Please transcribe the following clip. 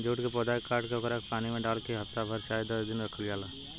jute के पौधा के काट के ओकरा के पानी में डाल के हफ्ता भर चाहे दस दिन रखल जाला